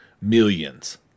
millions